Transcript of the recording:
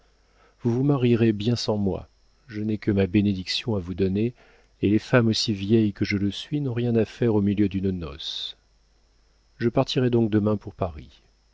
vous vous marierez bien sans moi je n'ai que ma bénédiction à vous donner et les femmes aussi vieilles que je le suis n'ont rien à faire au milieu d'une noce je partirai donc demain pour paris